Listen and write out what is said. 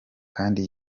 kandi